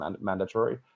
mandatory